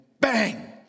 bang